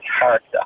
character